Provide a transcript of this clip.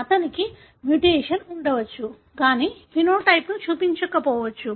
అతనికి మ్యుటేషన్ ఉండవచ్చు కానీ ఫెనోటైప్ ను చూపించకపోవచ్చు